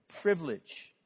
privilege